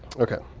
ok,